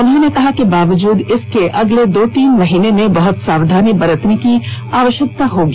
उन्होंने कहा कि बावजूद इसके अगले दो तीन महीने में बहुत सावधानी बरतने की आवश्यकता होगी